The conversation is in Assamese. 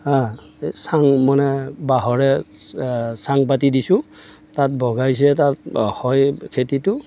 হাঁ এই চাং মানে বাঁহৰে চাং পাতি দিছোঁ তাত বগাইছে তাত হয় খেতিটো